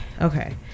okay